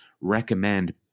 recommend